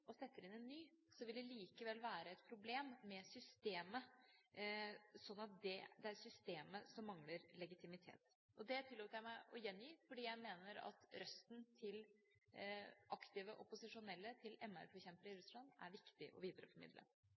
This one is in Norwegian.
inn en ny, vil det likevel være et problem med systemet – så det er systemet som mangler legitimitet. Det tillot jeg meg å gjengi, fordi jeg mener at røsten til aktive opposisjonelle, til MR-forkjempere i Russland, er viktig å videreformidle.